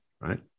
Right